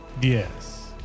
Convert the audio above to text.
Yes